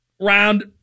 round